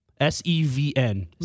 S-E-V-N